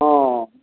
ओ